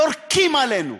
יורקים עלינו,